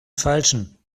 falschen